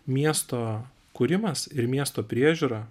miesto kūrimas ir miesto priežiūra